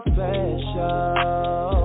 Special